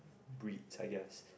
breed i guess